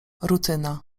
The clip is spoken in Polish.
rutyna